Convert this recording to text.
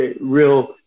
real